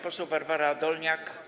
Poseł Barbara Dolniak.